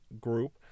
group